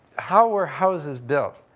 how were houses built?